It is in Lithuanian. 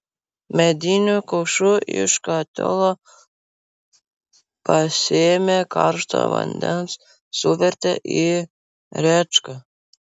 mediniu kaušu iš katilo pasėmė karšto vandens suvertė į rėčką